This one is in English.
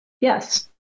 Yes